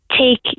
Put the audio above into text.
take